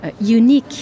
Unique